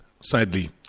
Sadly